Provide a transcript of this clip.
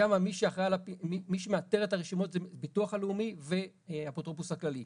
שם מי שמאתר את הרשימות זה ביטוח לאומי והאפוטרופוס הכללי.